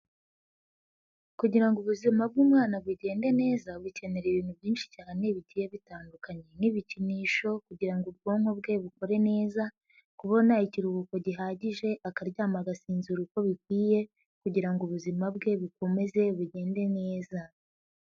Kugira ngo ubuzima bw'umwana bugende neza bukenera ibintu byinshi cyane bigiye bitandukanye, nk'ibikinisho kugira ngo ubwonko bwe bukore neza, kubona ikiruhuko gihagije akaryama agasinzira uko bikwiye, kugira ngo ubuzima bwe bikomeze bigende neza.